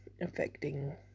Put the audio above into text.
affecting